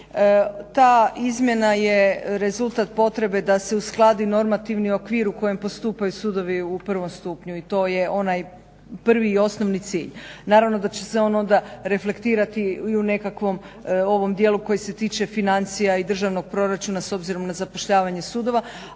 Ta izmjena je rezultat potrebe da se uskladi normativni okvir u kojem postupaju sudovi u prvom stupnju i to je onaj prvi i osnovni cilj. Naravno da će se on onda reflektirati i u nekakvom ovom dijelu koji se tiče financija i državnog proračuna s obzirom na zapošljavanje sudaca